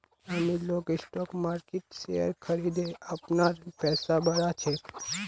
अमीर लोग स्टॉक मार्किटत शेयर खरिदे अपनार पैसा बढ़ा छेक